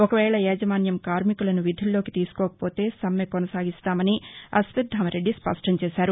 ఒకవేళ యాజమాన్యం కార్మికులను విధుల్లోకి తీసుకోకపోతే సమ్మె కొనసాగిస్తామని అశ్వత్థామరెడ్డి స్పష్టం చేశారు